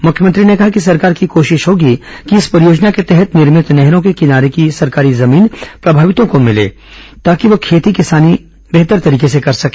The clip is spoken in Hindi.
मुख्यमंत्री ने कहा कि सरकार की कोशिश होगी कि इस परियोजना के तहत निर्मित नहरों के किनारे की सरकारी जमीन प्रभावित को मिले ताकि वह खेती किसानी बेहतर तरीके से कर सके